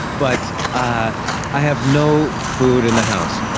but ah i have no food in the house,